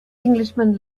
englishman